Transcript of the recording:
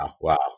wow